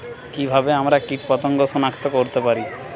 কিভাবে আমরা কীটপতঙ্গ সনাক্ত করতে পারি?